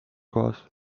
kohas